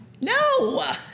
No